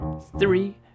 three